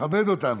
תכבד אותנו.